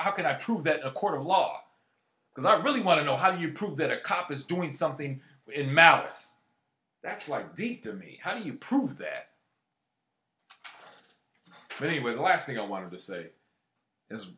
how can i prove that a court of law because i really want to know how do you prove that a cop is doing something in mouse that's like deep to me how do you prove that for the with the last thing i want to say is